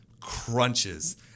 crunches